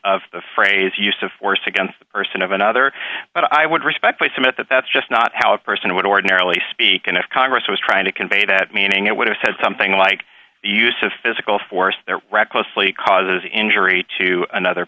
of the phrase use of force against the person of another but i would respectfully submit that that's just not how a person would ordinarily speak and if congress was trying to convey that meaning it would have said something like the use of physical force there recklessly causes injury to another